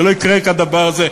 ולא יקרה כדבר הזה,